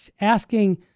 asking